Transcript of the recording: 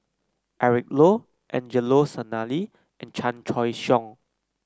Eric Low Angelo Sanelli and Chan Choy Siong